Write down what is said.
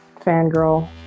fangirl